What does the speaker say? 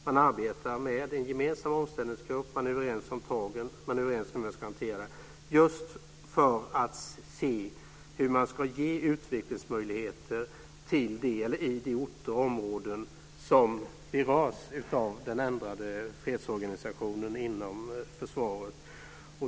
Man arbetar med en gemensam omställningsgrupp, man är överens om tagen och hur man ska hantera det. Det gör man just för att se hur man ska ge utvecklingsmöjligheter i de orter och områden som berörs av den ändrade fredsorganisationen inom försvaret.